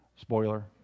spoiler